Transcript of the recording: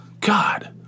God